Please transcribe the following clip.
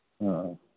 ꯑꯥ